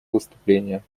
выступление